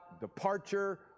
departure